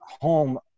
home